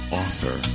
author